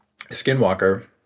Skinwalker